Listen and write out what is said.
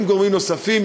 עם גורמים נוספים,